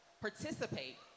Participate